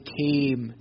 came